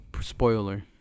spoiler